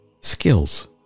skills